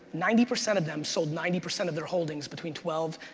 ninety percent of them sold ninety percent of their holdings between twelve,